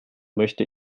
möchte